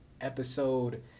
episode